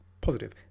positive